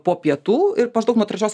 po pietų ir maždaug nuo trečios